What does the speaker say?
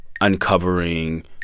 uncovering